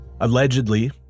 Allegedly